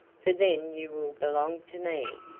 for then you will belong to me.